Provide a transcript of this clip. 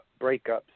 breakups